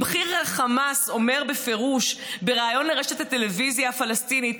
אם בכיר חמאס אומר בפירוש בריאיון לרשת הטלוויזיה הפלסטינית,